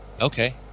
okay